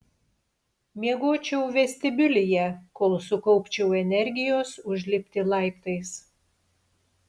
miegočiau vestibiulyje kol sukaupčiau energijos užlipti laiptais